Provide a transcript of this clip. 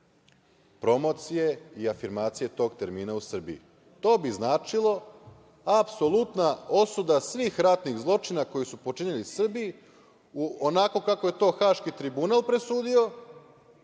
promocije i afirmacije tog termina u Srbiji. To bi značilo apsolutna osuda svih ratnih zločina koji su počinili Srbi, onako kako je to Haški tribunal presudio,